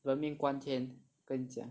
人命关天跟你讲